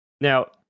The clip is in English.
Now